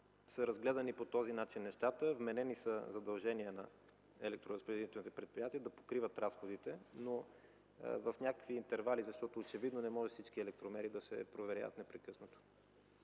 Разгледани са по този начин нещата, вменени са задължения на електроразпределителните предприятия да покриват разходите, но в някакви интервали, защото очевидно не може всички електромери да се проверят непрекъснато.